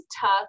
tough